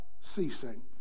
ceasing